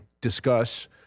discuss